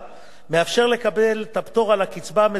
הקצבה המזכה בצד הפטור על הקצבה המוכרת,